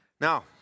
Now